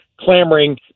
clamoring